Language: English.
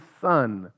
Son